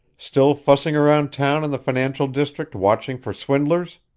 still fussing around down in the financial district watching for swindlers?